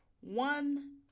one